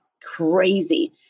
crazy